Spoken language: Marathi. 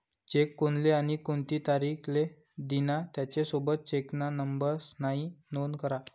चेक कोनले आणि कोणती तारीख ले दिना, त्यानी सोबत चेकना नंबर यास्नी नोंद करा